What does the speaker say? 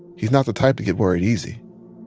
he's not the type to get worried easy.